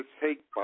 take